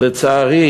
אך לצערי,